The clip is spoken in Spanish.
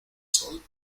sol